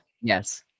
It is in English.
yes